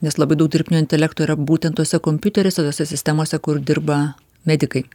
nes labai daug dirbtinio intelekto yra būtent tuose kompiuteriuose tose sistemose kur dirba medikai